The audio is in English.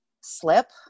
slip